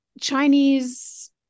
Chinese